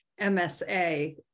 MSA